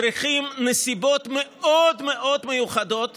צריכים נסיבות מאוד מאוד מיוחדות